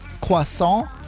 croissant